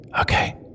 Okay